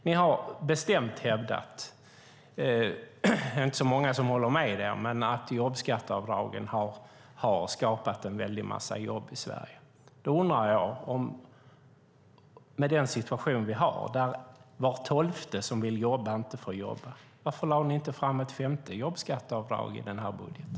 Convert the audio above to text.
Ni har bestämt hävdat - det är inte så många som håller med er - att jobbskatteavdragen har skapat en väldig massa jobb i Sverige. Då undrar jag utifrån den situation vi har, där var tolfte som vill jobba inte får jobba, varför ni inte lade fram ett femte jobbskatteavdrag i budgeten?